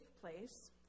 place